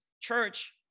church